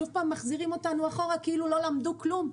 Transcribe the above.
שוב מחזירים אותנו אחורה, כאילו לא למדו כלום.